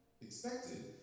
expected